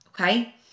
okay